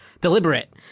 Deliberate